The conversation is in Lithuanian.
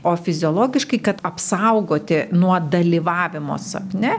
o fiziologiškai kad apsaugoti nuo dalyvavimo sapne